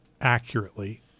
accurately